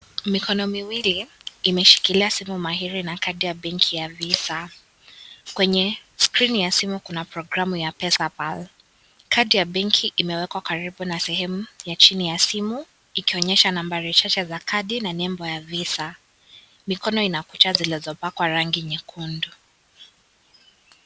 Mikono miwili imeshikilia simu mahiri na kadi ya banki ya Visa. Kwenye, (cs) skrini (cs) ya simu kuna (cs) programu (cs) ya PesaPal. Kadi ya banki imewekwa karibu na sehemu ya chini ya simu, ikionyesha nambari chache za kadi na nembo ya Visa. Mikono ina kucha zilizopakwa rangi nyekundu.